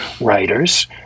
writers